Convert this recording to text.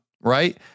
right